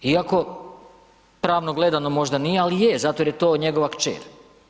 Iako pravno gledano možda nije ali je zato jer je to njegova kćer.